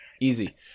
Easy